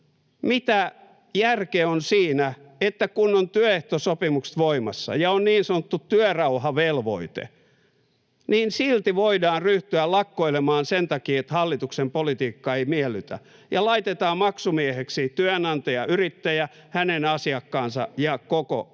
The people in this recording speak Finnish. mitä järkeä on siinä, että kun ovat työehtosopimukset voimassa ja on niin sanottu työrauhavelvoite, niin silti voidaan ryhtyä lakkoilemaan sen takia, että hallituksen politiikka ei miellytä, ja laitetaan maksumiehiksi työnantajayrittäjä, hänen asiakkaansa ja koko